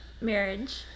Marriage